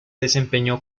desempeñó